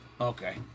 Okay